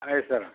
ಆಯ್ತು ಸರ್